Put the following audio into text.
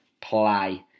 play